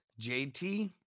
JT